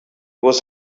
was